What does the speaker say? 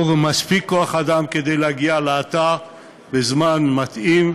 כוח-אדם מספיק כדי להגיע לאתר בזמן מתאים,